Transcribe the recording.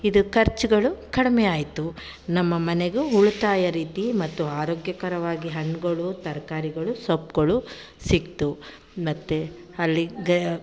ಇದು ಖರ್ಚುಗಳು ಕಡಿಮೆಯಾಯ್ತು ನಮ್ಮ ಮನೆಗೂ ಉಳಿತಾಯ ರೀತಿ ಮತ್ತು ಆರೋಗ್ಯಕರವಾಗಿ ಹಣ್ಣುಗಳು ತರಕಾರಿಗಳು ಸೊಪ್ಪುಗಳು ಸಿಕ್ತು ಮತ್ತು ಅಲ್ಲಿ ಗ